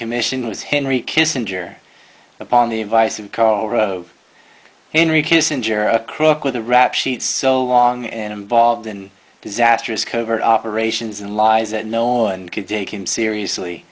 commission was henry kissinger upon the advice of karl rove henry kissinger a crook with a rap sheet so long and involved in disastrous covert operations and lies that no one could take him seriously